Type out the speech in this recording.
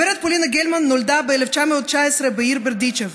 גב' פולינה גלמן נולדה ב-1919 בעיר ברדיצ'ב,